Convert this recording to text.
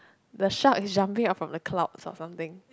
the shark is jumping out from the cloud or something